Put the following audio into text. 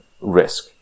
risk